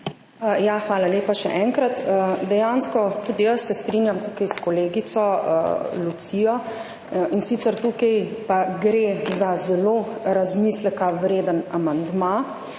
Hvala lepa še enkrat. Dejansko se tudi jaz strinjam tukaj s kolegico Lucijo, tukaj pa gre za zelo razmisleka vreden amandma